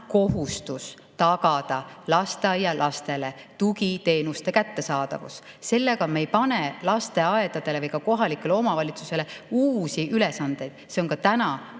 kohustus tagada lasteaialastele tugiteenuste kättesaadavus. Sellega me ei pane lasteaedadele ega ka kohalikele omavalitsustele uusi ülesandeid. See on ka